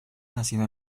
nacido